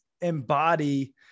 embody